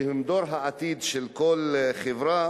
שהם דור העתיד של כל חברה,